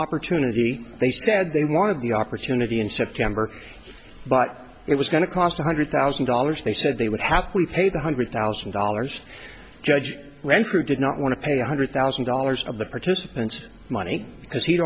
opportunity they said they wanted the opportunity in september but it was going to cost one hundred thousand dollars they said they would happily pay one hundred thousand dollars judge renfrew did not want to pay one hundred thousand dollars of the participants money because he'd